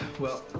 well,